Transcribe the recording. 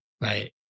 right